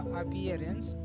appearance